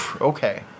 Okay